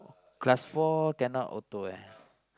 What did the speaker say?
class four cannot auto ah